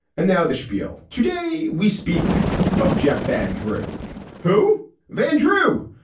and now the schpiel. today we speak of jeff van drew who van drew,